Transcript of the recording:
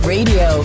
Radio